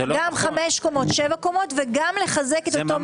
גם חמש קומות ושבע קומות וגם לחזק את אותו מבנה מפני רעידות אדמה.